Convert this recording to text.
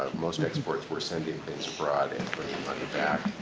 most exports were sending abroad and bringing money back.